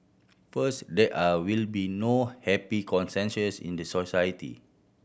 first there are will be no happy consensus in the society